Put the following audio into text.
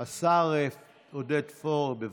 השר עודד פורר, בבקשה.